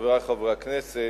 חברי חברי הכנסת,